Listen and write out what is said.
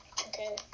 Okay